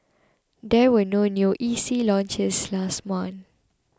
there were no new E C launches last month